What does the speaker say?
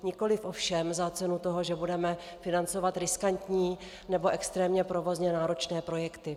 Nikoliv ovšem za cenu toho, že budeme financovat riskantní nebo extrémně provozně náročné projekty.